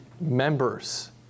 members